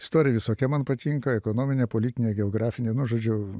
istorija visokia man patinka ekonominė politinė geografinė nu žodžiu